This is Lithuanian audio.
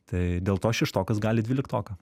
tai dėl to šeštokas gali dvyliktoką